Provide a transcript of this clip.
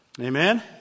Amen